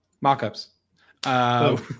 mock-ups